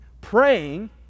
Praying